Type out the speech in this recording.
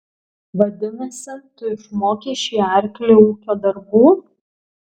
vadinasi tu išmokei šį arklį ūkio darbų